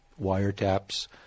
wiretaps